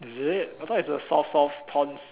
is it I thought it's the soft soft thorns